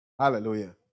Hallelujah